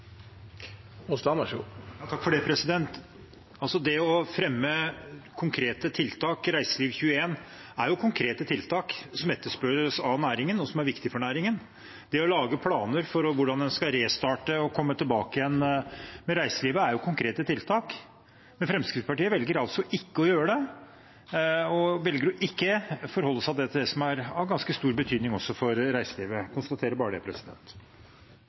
jo konkrete tiltak som etterspørres av næringen, og som er viktige for næringen. Det å lage planer for hvordan en skal restarte og få reiselivet tilbake, er jo konkrete tiltak, men Fremskrittspartiet velger altså å ikke gjøre det, og de velger å ikke forholde seg til det som er av ganske stor betydning også for reiselivet. Jeg konstaterer bare det.